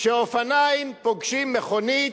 כשאופניים פוגשים מכונית,